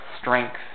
strength